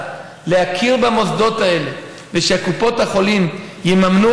להכיר במוסדות האלה ושקופות החולים יממנו